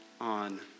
on